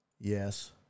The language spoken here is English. yes